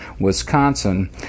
Wisconsin